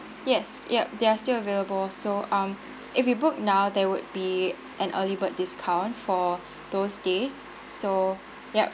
yes ya they're still available so um if you book now there would be an early bird discount for those days so ya